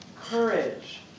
Courage